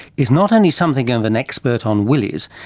is not only something of an expert on willies,